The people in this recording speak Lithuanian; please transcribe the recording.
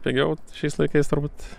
pigiau šiais laikais turbūt